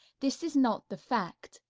this is not the fact.